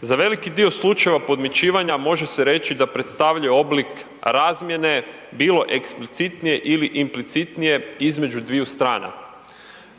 Za veliki dio slučajeva podmićivanja može se reći da predstavljaju oblik razmjene, bilo eksplicitnije ili implicitnije između dviju strana,